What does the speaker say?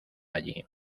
allí